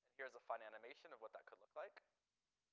here's a fun animation of what that could look like.